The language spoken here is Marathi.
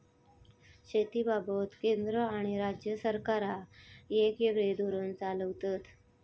शेतीबाबत केंद्र आणि राज्य सरकारा येगयेगळे धोरण चालवतत